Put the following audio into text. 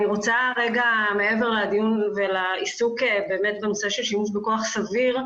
אני רוצה מעבר לדיון ולעיסוק בנושא של שימוש בכוח סביר,